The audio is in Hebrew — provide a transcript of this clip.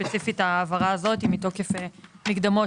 ספציפית ההעברה הזאת היא מתוקף מקדמות